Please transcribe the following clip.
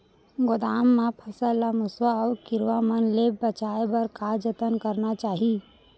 गोदाम मा फसल ला मुसवा अऊ कीरवा मन ले बचाये बर का जतन करना चाही?